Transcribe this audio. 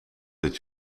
dit